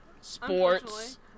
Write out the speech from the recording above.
Sports